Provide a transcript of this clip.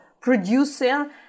producing